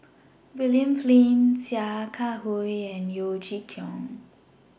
William Flint Sia Kah Hui and Yeo Chee Kiong